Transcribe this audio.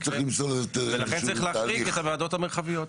ולכן, צריך להחריג את הוועדות המרחביות.